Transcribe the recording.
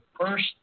first